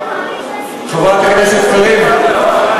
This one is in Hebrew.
חברת הכנסת קריב, חברת הכנסת קריב,